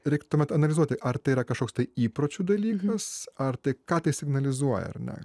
reik tuomet analizuoti ar tai yra kažkoks tai įpročių dalykas ar tai ką tai signalizuoja ar ne